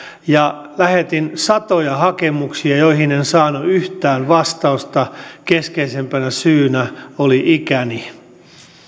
ja lähetin satoja hakemuksia joihin en saanut yhtään vastausta keskeisimpänä syynä oli ikäni